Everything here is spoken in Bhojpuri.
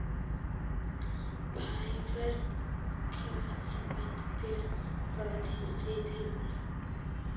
फाइबर क संबंध पेड़ पौधा से भी होला